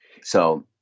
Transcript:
So-